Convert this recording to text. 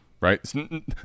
right